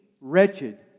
wretched